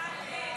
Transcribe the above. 57 בעד,